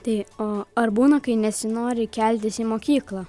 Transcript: tai o ar būna kai nesinori keltis į mokyklą